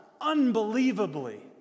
unbelievably